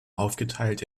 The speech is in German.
aufgeteilt